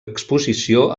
exposició